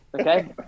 Okay